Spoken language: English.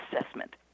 assessment